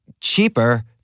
cheaper